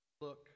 look